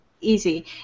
easy